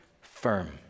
firm